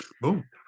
boom